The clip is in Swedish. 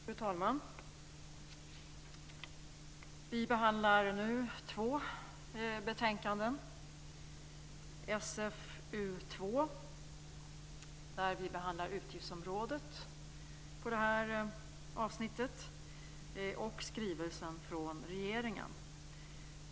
Fru talman! Vi behandlar nu två betänkanden. I SfU2 behandlas utgiftsområdet på det här avsnittet och skrivelsen från regeringen.